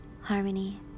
harmony